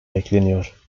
bekleniyor